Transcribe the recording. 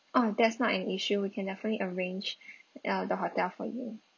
orh that's not an issue we can definitely arrange uh the hotel for you